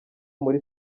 muri